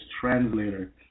translator